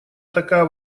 такая